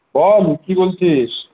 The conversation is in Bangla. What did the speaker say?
বল কি বলছিস